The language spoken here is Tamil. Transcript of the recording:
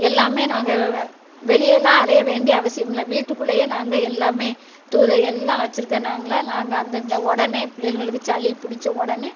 எல்லாம் நாங்கள் வெளியெல்லாம் அலைய வேண்டிய அவசியம் இல்லை வீட்டுக்குள்ளேயே நாங்கள் எல்லாம் தூது எல்லாம் வச்சிருக்கேன் நாங்கள்லாம் நாங்கள் அந்த அந்த உடனே பிள்ளைகளுக்கு சளி பிடித்த உடனே